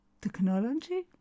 technology